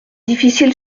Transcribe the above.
difficile